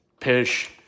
pish